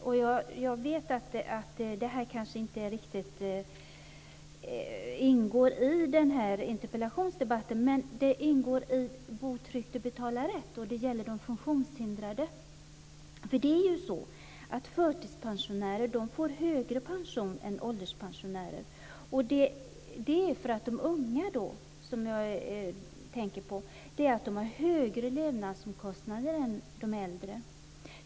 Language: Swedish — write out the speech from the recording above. Jag vet att detta kanske inte riktigt ingår i den här interpellationsdebatten. Men det ingår i Bo tryggt - betala rätt. Det gäller de funktionshindrade. Förtidspensionärer får högre pension än ålderspensionärer därför att de unga har högre levnadsomkostnader än de äldre.